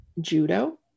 judo